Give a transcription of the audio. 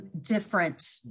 different